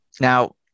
now